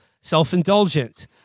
self-indulgent